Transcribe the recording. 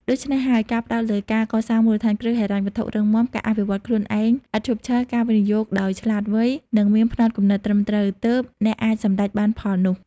ដូច្នេះហើយ ការផ្តោតលើការកសាងមូលដ្ឋានគ្រឹះហិរញ្ញវត្ថុរឹងមាំ ការអភិវឌ្ឍខ្លួនឯងឥតឈប់ឈរ ការវិនិយោគដោយឆ្លាតវៃ និងមានផ្នត់គំនិតត្រឹមត្រូវ ទើបអ្នកអាចសម្រេចបានផលនោះ។